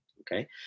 okay